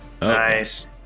nice